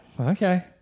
Okay